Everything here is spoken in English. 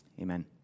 Amen